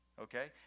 okay